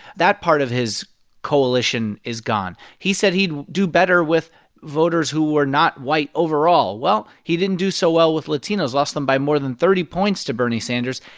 that part of his coalition is gone. he said he'd do better with voters who were not white overall. well, he didn't do so well with latinos lost them by more than thirty points to bernie sanders.